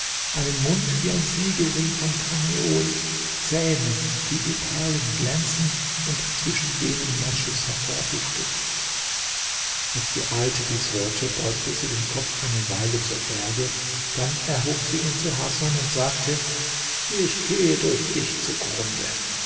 einen mund wie ein siegelring von karneol zähne die wie perlen glänzen und zwischen denen moschus hervorduftet als die alte dies hörte beugte sie den kopf eine weile zur erde dann erhob sie ihn zu hasan und sagte ich gehe durch dich zugrunde